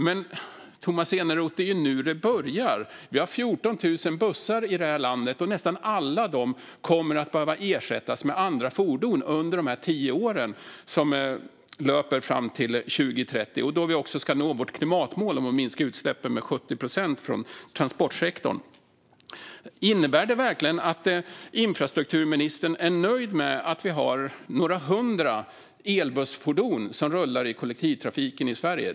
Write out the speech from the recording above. Men, Tomas Eneroth, det är ju nu det börjar. Vi har 14 000 bussar i det här landet, och nästan alla kommer att behöva ersättas med andra fordon under åren fram till 2030. Då ska vi också nå vårt klimatmål om att minska utsläppen från transportsektorn med 70 procent. Är infrastrukturministern verkligen nöjd med att vi har några hundra elbussfordon som rullar i kollektivtrafiken i Sverige?